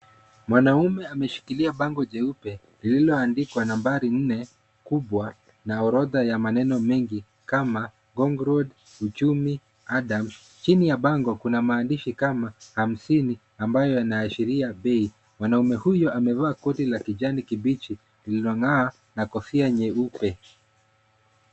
Mwanaume ameshikilia bango jeupe lililoandikwa nambari nne, kubwa na orodha ya maneno mengi kama: (CS) Ngong Road, Uchumi, Adams (CS). Chini ya bango, kuna maandishi kama, hamsini, ambayo inaashiria bei. Mwanaume huyu amevaa koti la kijani kibichi lililong'aa na kofia nyeupe.